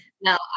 No